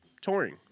touring